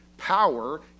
power